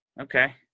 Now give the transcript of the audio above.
Okay